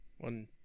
One